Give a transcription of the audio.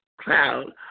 cloud